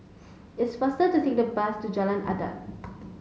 it's faster to take the bus to Jalan Adat